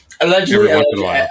Allegedly